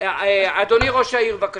אדוני ראש העיר, בבקשה.